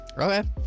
Okay